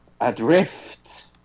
*Adrift*